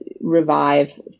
revive